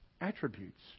attributes